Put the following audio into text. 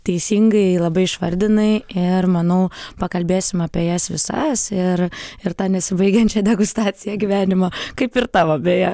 teisingai labai išvardinai ir manau pakalbėsim apie jas visas ir ir tą nesibaigiančią degustaciją gyvenimą kaip ir tavo beja